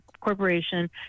corporation